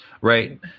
Right